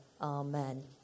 Amen